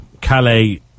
Calais